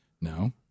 No